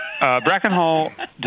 Brackenhall